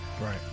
Right